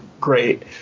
great